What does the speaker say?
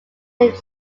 named